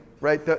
right